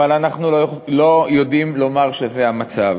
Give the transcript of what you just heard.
אבל אנחנו לא יודעים לומר שזה המצב.